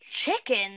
Chicken